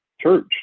church